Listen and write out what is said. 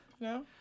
No